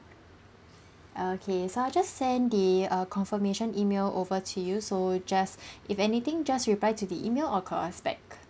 okay so I will just send the err confirmation email over to you so just if anything just reply to the email or call us back